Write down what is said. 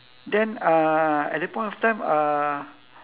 then uh at the point of time uh